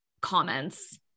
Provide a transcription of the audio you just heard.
comments